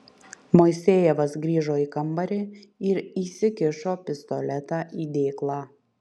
moisejevas grįžo į kambarį ir įsikišo pistoletą į dėklą